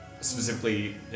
specifically